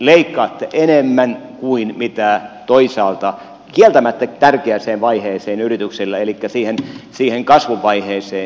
leikkaatte enemmän kuin mitä toisaalta annatte kieltämättä tärkeään vaiheeseen yrityksille elikkä siihen kasvuvaiheeseen